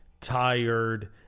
tired